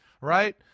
Right